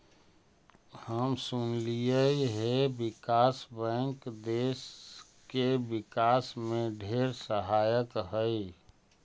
हम सुनलिअई हे विकास बैंक देस के विकास में ढेर सहायक हई